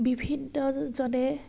বিভিন্নজনে